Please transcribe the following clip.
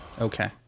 Okay